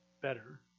better